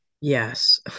Yes